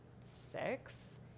six